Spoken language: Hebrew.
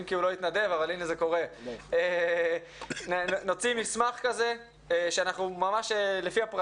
אם כי הוא לא התנדב אבל הנה זה קורה נוציא מסמך לפי הפרטים.